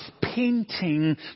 painting